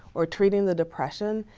or treating the depression,